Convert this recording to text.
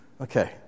Okay